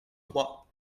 trois